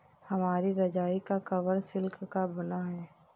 हमारी रजाई का कवर सिल्क का बना है